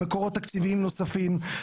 מקורות תקציביים נוספים,